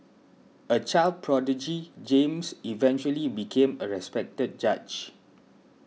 a child prodigy James eventually became a respected judge